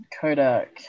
Kodak